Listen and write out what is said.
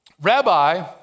Rabbi